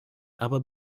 aber